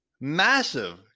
massive